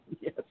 Yes